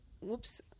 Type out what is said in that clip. whoops